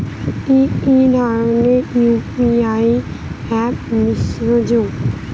কি কি ধরনের ইউ.পি.আই অ্যাপ বিশ্বাসযোগ্য?